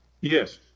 Yes